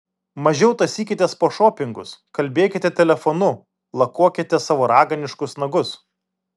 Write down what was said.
mažiau tąsykitės po šopingus kalbėkite telefonu lakuokite savo raganiškus nagus